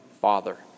father